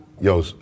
Yo